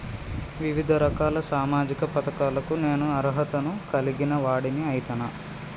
వివిధ రకాల సామాజిక పథకాలకు నేను అర్హత ను కలిగిన వాడిని అయితనా?